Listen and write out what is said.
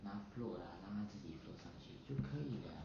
拿 float ah 让他自己 float 上去就可以了